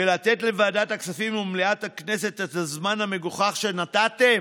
ולתת לוועדת הכספים ולמליאת הכנסת את הזמן המגוחך שנתתם,